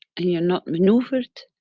and you're not maneuvered.